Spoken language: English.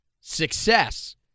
success